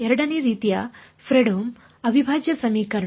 ಎರಡನೇ ರೀತಿಯ ಫ್ರೆಡ್ಹೋಮ್ ಅವಿಭಾಜ್ಯ ಸಮೀಕರಣ